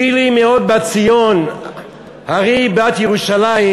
"גילי מאֹד בת ציון הריעי בת ירושלם,